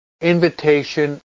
invitation